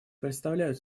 представляют